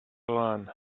learn